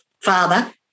father